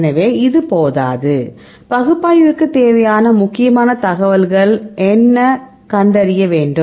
எனவே இது போதாது பகுப்பாய்விற்கு தேவையான முக்கியமான தகவல்கள் என்ன கண்டறிய வேண்டும்